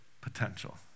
potential